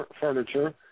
furniture